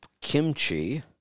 kimchi